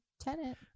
tenant